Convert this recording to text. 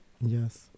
Yes